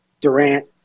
Durant